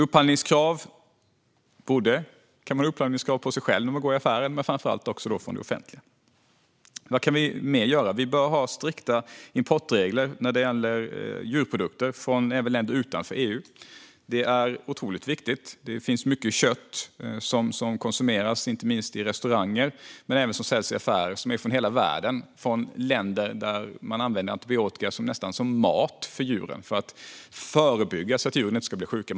Man kan ha upphandlingskrav på sig själv när man går i affären, men de behövs framför allt också i det offentliga. Vad kan vi mer göra? Vi bör ha strikta importregler när det gäller djurprodukter även från länder utanför EU. Det är otroligt viktigt. Det finns mycket kött från hela världen som inte minst som konsumeras på restauranger men även säljs i affärer. Köttet kommer från länder där man använder antibiotika nästan som mat för djuren för att förebygga att de blir sjuka.